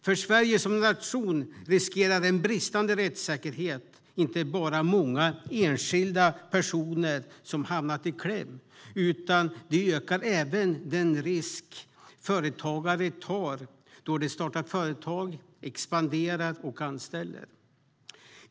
För Sverige som nation riskerar en bristande rättssäkerhet inte bara att många enskilda personer hamnar i kläm, utan det ökar även den risk företagare tar då de startar företag, expanderar och anställer.